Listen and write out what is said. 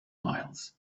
miles